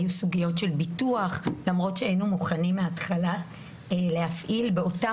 היו סוגיות של ביטוח למרות שהיינו מוכנים מהתחלה להפעיל באותה